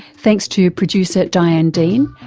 thanks to producer diane dean,